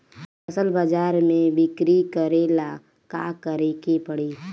फसल बाजार मे बिक्री करेला का करेके परी?